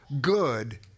good